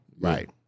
right